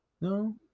No